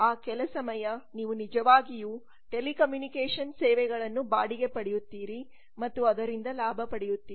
ಆ ಕೆಲ ಸಮಯ ನೀವು ನಿಜವಾಗಿಯೂ ಟೆಲಿಕಮ್ಯುನಿಕೇಷನ್ ಸೇವೆಗಳನ್ನು ಬಾಡಿಗೆ ಪಡೆಯುತ್ತೀರಿ ಮತ್ತು ಅದರಿಂದ ಲಾಭ ಪಡೆಯುತ್ತೀರಿ